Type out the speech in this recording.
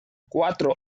cuatro